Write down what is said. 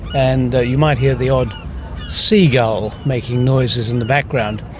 and you might hear the odd seagull making noises in the background,